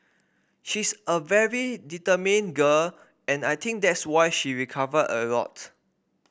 she's a very determined girl and I think that's why she recovered a lot